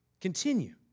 continue